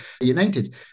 United